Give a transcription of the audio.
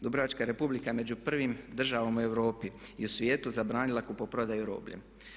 Dubrovačka Republika je među prvim državama u Europi i svijetu zabranila kupoprodaju robljem.